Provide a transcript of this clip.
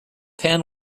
pan